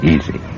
Easy